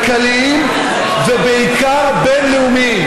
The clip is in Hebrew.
כלכליים, ובעיקר בין-לאומיים.